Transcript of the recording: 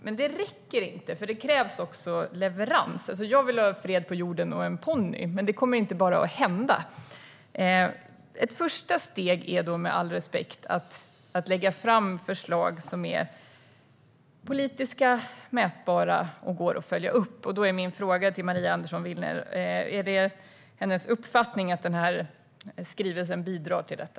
Men det räcker inte, för det krävs också leverans. Alltså, jag vill ha fred på jorden och en ponny, men det kommer inte bara att hända. Ett första steg är då att lägga fram förslag som är politiska, mätbara och går att följa upp. Då är min fråga om det är Maria Andersson Willners uppfattning att den här skrivelsen bidrar till detta.